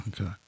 Okay